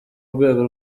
rwego